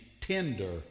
tender